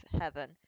heaven